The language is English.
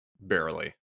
barely